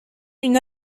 une